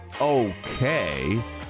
okay